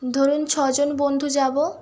ধরুন ছজন বন্ধু যাবো